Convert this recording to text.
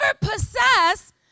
possess